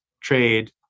trade